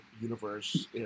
universe